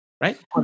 right